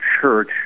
church